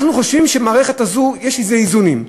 אנחנו חושבים שבמערכת הזאת יש איזה איזונים.